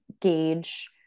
gauge